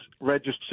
registered